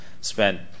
spent